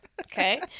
Okay